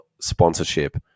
sponsorship